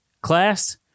class